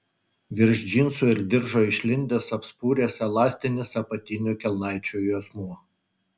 virš džinsų ir diržo išlindęs apspuręs elastinis apatinių kelnaičių juosmuo